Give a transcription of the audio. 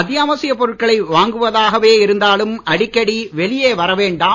அத்தியாவசியப் பொருட்களை வாங்குவதாகவே இருந்தாலும் அடிக்கடி வெளியே வர வேண்டாம்